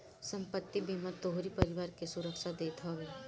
संपत्ति बीमा तोहरी परिवार के सुरक्षा देत हवे